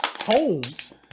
homes